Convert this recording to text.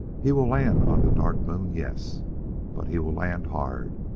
he will land on the dark moon yess but he will land hard,